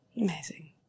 amazing